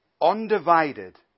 undivided